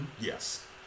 Yes